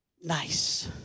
nice